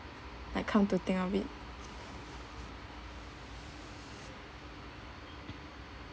like come to think of it